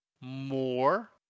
more